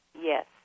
Yes